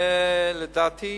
לדעתי,